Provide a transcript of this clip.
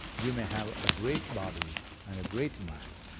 you may have a great body and a great mind,